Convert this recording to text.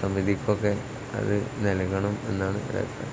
സമിതിക്ക് ഒക്കെ അത് നൽകണം എന്നാണ്